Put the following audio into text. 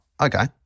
Okay